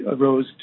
arose